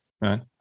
right